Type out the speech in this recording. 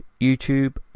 YouTube